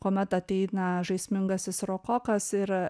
kuomet ateina žaismingasis rokokas ir